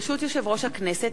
ברשות יושב-ראש הכנסת,